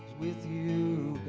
with you